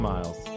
Miles